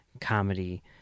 comedy